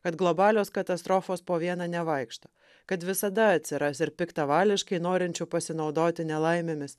kad globalios katastrofos po vieną nevaikšto kad visada atsiras ir piktavališkai norinčių pasinaudoti nelaimėmis